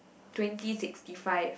twenty sixty five